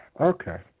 Okay